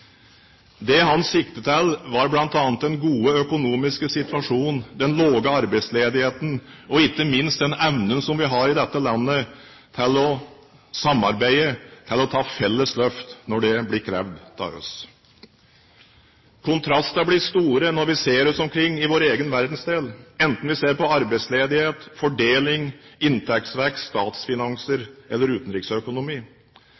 Det han siktet til, var bl.a. den gode økonomiske situasjonen, den lave arbeidsledigheten og ikke minst den evnen som vi har i dette landet til å samarbeide og ta felles løft når det blir krevd av oss. Kontrastene blir store når vi ser oss omkring i vår egen verdensdel, enten vi ser på arbeidsledighet, fordeling, inntektsvekst,